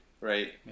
right